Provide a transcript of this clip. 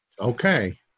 okay